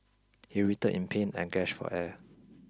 he writhed in pain and gasped for air